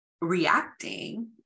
reacting